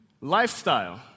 Lifestyle